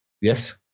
Yes